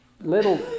little